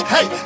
Hey